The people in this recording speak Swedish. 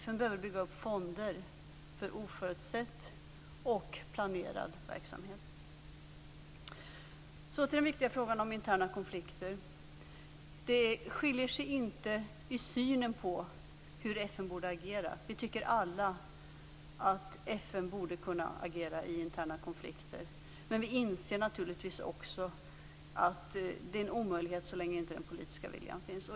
FN behöver bygga upp fonder för oförutsedd och planerad verksamhet. Till den viktiga frågan om interna konflikter. Det skiljer sig inte i synen på hur FN borde agera. Vi tycker alla att FN borde kunna agera i interna konflikter, men vi inser naturligtvis också att det är en omöjlighet så länge inte den politiska viljan finns.